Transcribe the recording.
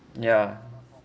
yeah